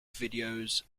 videos